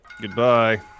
goodbye